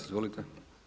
Izvolite.